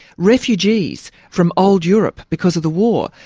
refugees from old europe because of the war,